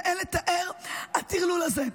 אין לתאר את הטרלול הזה.